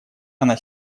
она